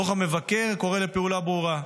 דוח המבקר קורא לפעולה ברורה,